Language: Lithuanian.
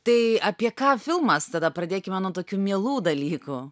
tai apie ką filmas tada pradėkime nuo tokių mielų dalykų